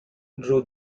drew